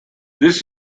this